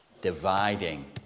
Dividing